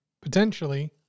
potentially